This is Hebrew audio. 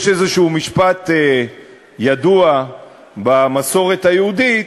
יש משפט ידוע במסורת היהודית: